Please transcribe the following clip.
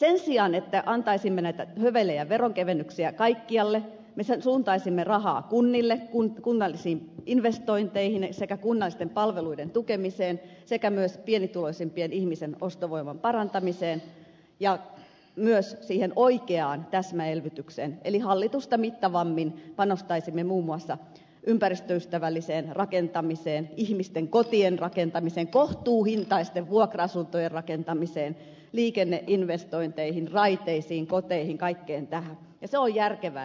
sen sijaan että antaisimme näitä hövelejä veronkevennyksiä kaikkialle me suuntaisimme rahaa kunnille kunnallisiin investointeihin sekä kunnallisten palveluiden tukemiseen sekä myös pienituloisimpien ihmisten ostovoiman parantamiseen ja myös siihen oikeaan täsmäelvytykseen eli hallitusta mittavammin panostaisimme muun muassa ympäristöystävälliseen rakentamiseen ihmisten kotien rakentamiseen kohtuuhintaisten vuokra asuntojen rakentamiseen liikenneinvestointeihin raiteisiin koteihin kaikkeen tähän ja se on järkevää elvytystä se